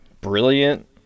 brilliant